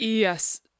Yes